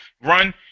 run